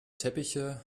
teppiche